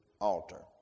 altar